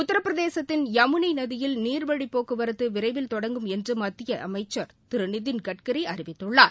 உத்தரபிரதேசத்தின் யமுனை நதியில் நீர்வழி போக்குவரத்து விரைவில் தொடங்கும் என்று மத்திய அமைச்சர் திரு நிதின் கட்கரி அறிவித்துள்ளார்